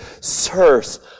Sirs